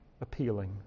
appealing